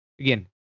again